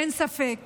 אין ספק